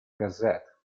gazette